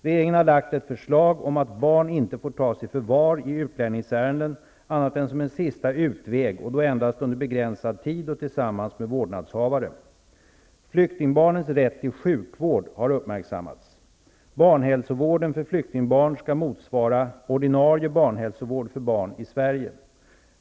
Regeringen har lagt ett förslag (prop. - Flyktingbarnens rätt till sjukvård har uppmärksammats. Barnhälsovården för flyktingbarn skall motsvara ordinarie barnhälsovård för barn i Sverige.